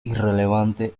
irrelevante